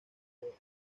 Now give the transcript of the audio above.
centro